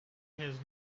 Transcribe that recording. his